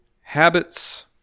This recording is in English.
habits